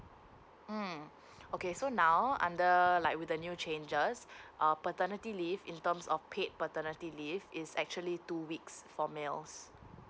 mm okay so now under like with the new changes err paternity leave in terms of paid paternity leave is actually two weeks for males